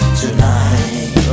tonight